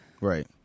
Right